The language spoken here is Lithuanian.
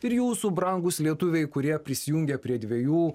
ir jūsų brangūs lietuviai kurie prisijungia prie dviejų